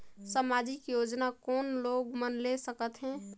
समाजिक योजना कोन लोग मन ले सकथे?